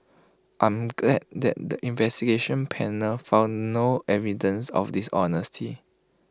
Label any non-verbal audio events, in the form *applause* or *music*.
I'm glad that the *noise* investigation panel found no evidence of dishonesty